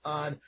on